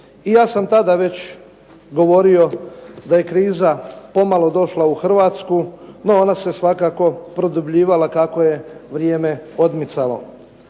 i ja sam već tada govorio da je kriza pomalo došla u Hrvatsku, no ona se svakako produbljivala kako je vrijeme odmicalo.